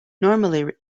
normally